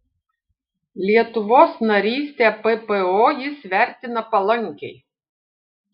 lietuvos narystę ppo jis vertina palankiai